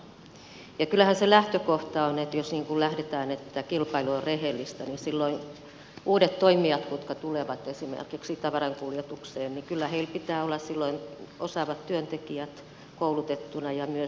ja kyllähän se lähtökohta on että jos lähdetään siitä että kilpailu on rehellistä niin silloin uusilla toimijoilla jotka tulevat esimerkiksi tavarankuljetukseen kyllä pitää olla osaavat työntekijät koulutettuna ja myös riittävä kalusto